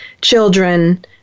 children